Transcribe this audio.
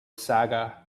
saga